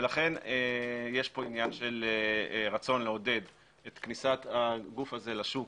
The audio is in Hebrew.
לכן יש פה עניין של רצון לעודד את כניסת הגוף הזה לשוק